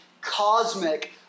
cosmic